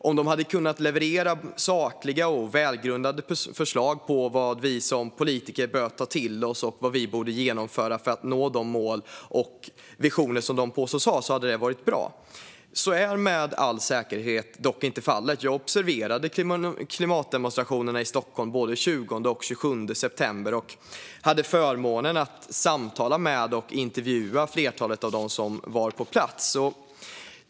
Om de kunnat leverera sakliga och välgrundade förslag på vad vi som politiker bör ta till oss och genomföra för att nå de mål och visioner som de påstås ha hade det varit bra. Så är dock med all säkerhet inte fallet. Jag observerade klimatdemonstrationerna i Stockholm både den 20 och den 27 september och hade förmånen att samtala med och intervjua flera av dem som var på plats.